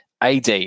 AD